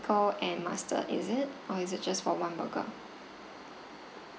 pickle and mustard is it or is it just for one burger